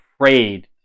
afraid